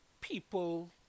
People